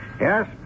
Yes